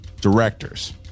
directors